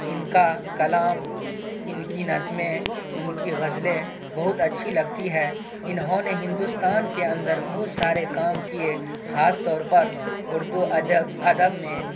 ان کا کلام ان کی نظمیں ان کی غزلیں بہت اچھی لگتی ہیں انہوں نے ہندوستان کے اندر بہت سارے کام کیے خاص طور پر اردو ادب ادب میں